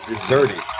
deserted